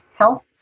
health